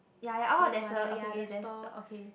yea yea orh there's a okay k there's okay